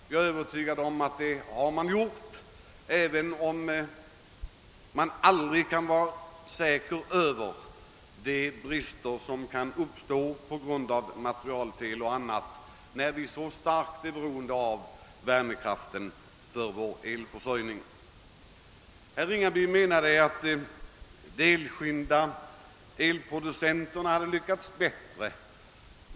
Jag är övertygad om att den gjort det. Man kan emellertid aldrig förutse vad som kan inträffa på grund av materialfel och annat, när vi är så starkt beroende av värmekraften för vår elförsörjning. Herr Ringaby ansåg att de enskilda kraftproducenterna lyckats bättre.